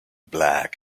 black